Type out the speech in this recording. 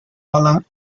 ola